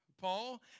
Paul